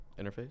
Interface